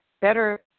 Better